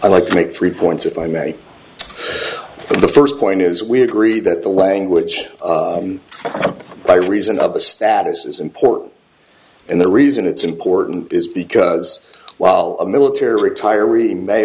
i like to make three points if i may and the first point is we agree that the language by reason of the status is important and the reason it's important is because while a military retiree may